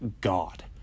God